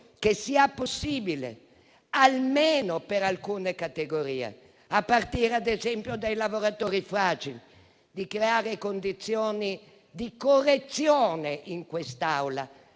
che sia possibile almeno per alcune categorie, a partire ad esempio dai lavoratori fragili, creare le condizioni affinché sia possibile in quest'Aula